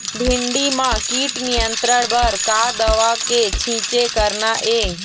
भिंडी म कीट नियंत्रण बर का दवा के छींचे करना ये?